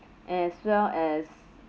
as well as